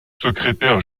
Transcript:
secrétaire